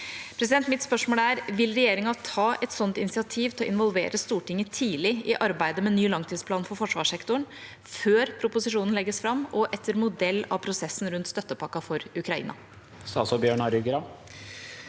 forpliktelse. Mitt spørsmål er: Vil regjeringa ta et sånt initiativ til å involvere Stortinget tidlig i arbeidet med ny langtidsplan for forsvarssektoren, før proposisjonen legges fram, og etter modell av prosessen rundt støttepakken for Ukraina? Statsråd Bjørn Arild Gram